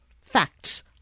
facts